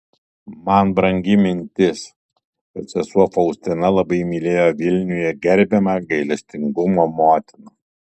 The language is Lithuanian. man brangi mintis kad sesuo faustina labai mylėjo vilniuje gerbiamą gailestingumo motiną